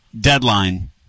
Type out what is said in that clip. deadline